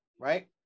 right